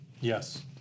Yes